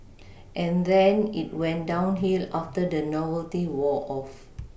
and then it went downhill after the novelty wore off